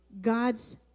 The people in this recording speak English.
God's